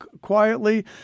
quietly